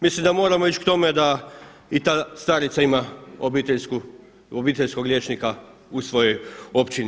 Mislim da moramo ići k tome da i ta starica ima obiteljskog liječnika u svojoj općini.